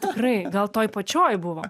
tikrai gal toj pačioj buvo